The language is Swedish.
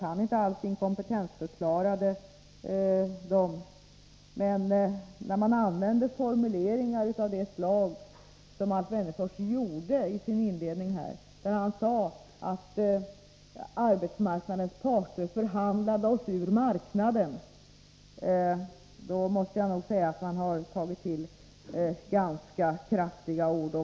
Men när Alf Wennerfors använder formuleringar av det slag som fanns i hans inlednings anförande — där han sade att arbetsmarknadens parter förhandlade oss ut ur marknaden — måste jag nog säga att han har tagit till ganska kraftigt.